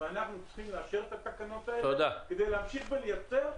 ואנחנו צריכים לאשר את התקנות האלה כדי להמשיך ולייצר.